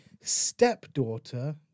stepdaughter